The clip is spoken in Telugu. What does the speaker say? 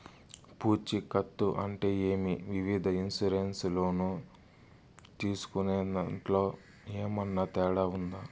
పూచికత్తు అంటే ఏమి? వివిధ ఇన్సూరెన్సు లోను తీసుకునేదాంట్లో ఏమన్నా తేడా ఉందా?